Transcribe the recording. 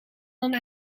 dan